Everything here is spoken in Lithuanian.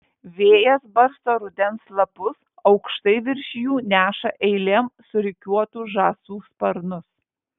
vėjas barsto rudens lapus aukštai virš jų neša eilėm surikiuotus žąsų sparnus